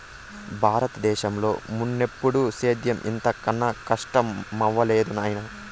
బారత దేశంలో మున్నెప్పుడూ సేద్యం ఇంత కనా కస్టమవ్వలేదు నాయనా